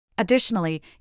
Additionally